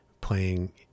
playing